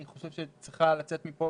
אני חושב שצריכה לצאת מפה,